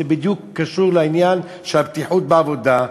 זה בדיוק קשור לעניין של הבטיחות בעבודה,